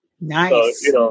Nice